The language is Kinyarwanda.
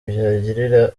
byagirira